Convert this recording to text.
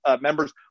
members